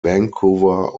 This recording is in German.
vancouver